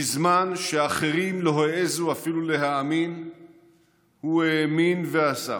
בזמן שאחרים אפילו לא העזו להאמין הוא האמין ועשה,